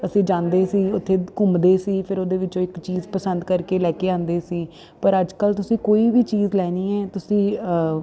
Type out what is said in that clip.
ਅਸੀਂ ਜਾਂਦੇ ਸੀ ਉੱਥੇ ਘੁੰਮਦੇ ਸੀ ਫਿਰ ਉਹਦੇ ਵਿੱਚੋਂ ਇੱਕ ਚੀਜ਼ ਪਸੰਦ ਕਰਕੇ ਲੈ ਕੇ ਆਉਂਦੇ ਸੀ ਪਰ ਅੱਜ ਕੱਲ੍ਹ ਤੁਸੀਂ ਕੋਈ ਵੀ ਚੀਜ਼ ਲੈਣੀ ਹੈ ਤੁਸੀਂ